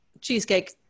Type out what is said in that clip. Cheesecake